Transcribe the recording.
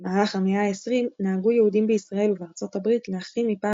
במהלך המאה ה-20 נהגו יהודים בישראל ובארצות הברית להחרים מפעם